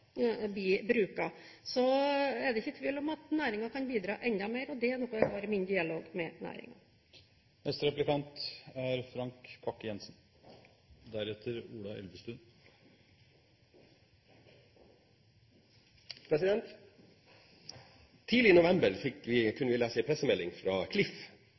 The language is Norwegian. Så er det ikke tvil om at næringen kan bidra enda mer, og det er noe jeg har dialog om med næringen. Tidlig i